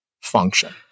function